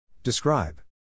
Describe